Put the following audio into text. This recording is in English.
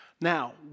Now